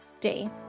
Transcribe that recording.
day